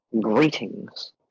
greetings